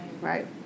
Right